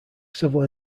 civil